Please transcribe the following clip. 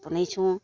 ବନେଇଛୁଁ